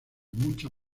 mucha